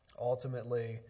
ultimately